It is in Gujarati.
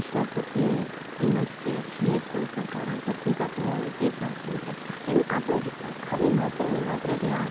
ઈશ્વર પ્રત્યે તેમજ તે જે કોઈપણ કારણસર ભેગા થયા હોય તે પણ થાય છે તેમ આપણે જો ખાલી માત્રને માત્ર ત્યાં